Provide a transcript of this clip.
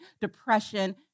depression